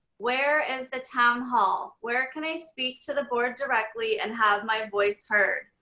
where is the town hall? where can i speak to the board directly and have my voice heard?